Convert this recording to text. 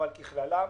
אבל כעיקרון,